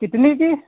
कितने की